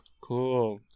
Cool